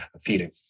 feeding